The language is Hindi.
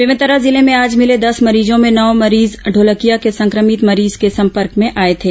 बेमेतरा जिले में आज मिले दस मरीजों में नौ मरीज ढोलकिया के संक्रमित मरीज के संपर्क में आए थे